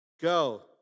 go